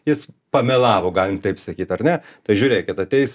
jis pamelavo galim taip sakyt ar ne tai žiūrėkit ateis